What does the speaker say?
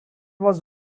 was